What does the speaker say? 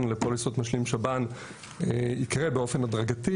לפוליסות משלים שב"ן יקרה באופן הדרגתי.